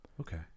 Okay